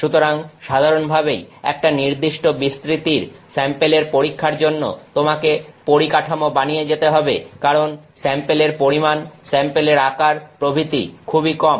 সুতরাং সাধারণভাবেই একটা নির্দিষ্ট বিস্তৃতির স্যাম্পেলের পরীক্ষার জন্য তোমাকে পরিকাঠামো বানিয়ে যেতে হবে কারণ স্যাম্পেলের পরিমাণ স্যাম্পেলের আকার প্রভৃতি খুবই কম